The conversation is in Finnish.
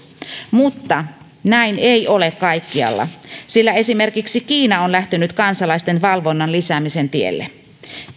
mutta näin ei ole kaikkialla sillä esimerkiksi kiina on lähtenyt kansalaisten valvonnan lisäämisen tielle